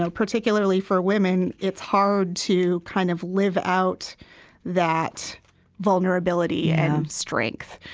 ah particularly for women, it's hard to kind of live out that vulnerability and strength.